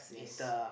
yes